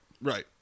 Right